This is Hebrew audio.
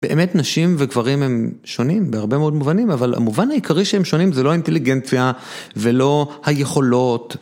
באמת נשים וגברים הם שונים בהרבה מאוד מובנים אבל המובן העיקרי שהם שונים זה לא האינטליגנציה ולא היכולות.